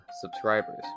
subscribers